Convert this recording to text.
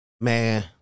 man